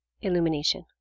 illumination